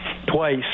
twice